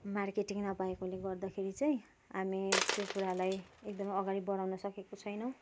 marketing नभएकोले गर्दाखेरि चाहिँ हामी त्यो कुरालाई एकदमै अगाडि बढाउन सकेका छैनौँ